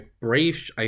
brave